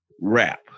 rap